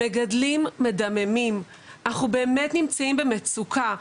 המגדלים מדממים, אנחנו באמת נמצאים במצוקה.